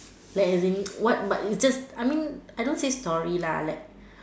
like as in what but is just I mean I don't say story lah like